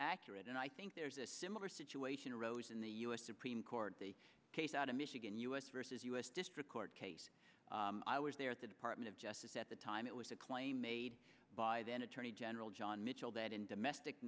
accurate and i think there's a similar situation arose in the u s supreme court the case out of michigan u s versus u s district court case i was there at the department of justice at the time it was the claim made by then attorney general john mitchell that in domestic